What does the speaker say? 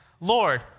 Lord